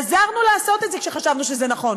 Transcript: עזרנו לעשות את זה כשחשבנו שזה נכון.